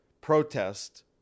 protest